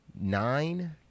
nine